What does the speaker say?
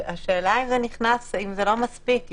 השאלה אם זה לא מספיק,